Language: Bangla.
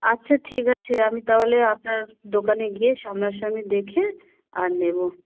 আচ্ছা ঠিক আছে আমি তাহলে আপনার দোকানে গিয়ে সামনা সামনি দেখে আর নেবো